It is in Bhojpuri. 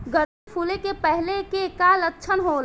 गर्दन फुले के पहिले के का लक्षण होला?